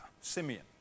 Simeon